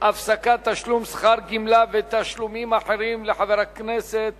הפסקת תשלום שכר, גמלה ותשלומים אחרים לחבר הכנסת